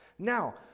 Now